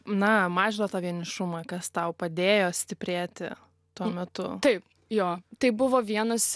na mažina tą vienišumą kas tau padėjo stiprėti tuo metu taip jo tai buvo vienas